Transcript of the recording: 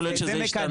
יכול להיות שזה השתנה.